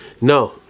no